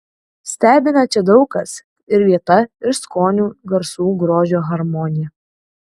stebina čia daug kas ir vieta ir skonių garsų grožio harmonija